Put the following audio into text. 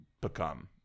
become